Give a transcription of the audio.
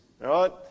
right